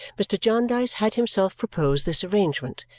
mr. jarndyce had himself proposed this arrangement.